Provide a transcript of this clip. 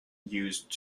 used